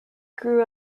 grew